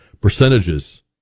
percentages